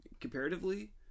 comparatively